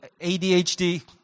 ADHD